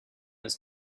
his